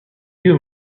più